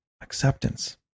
acceptance